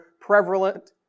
prevalent